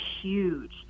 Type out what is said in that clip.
huge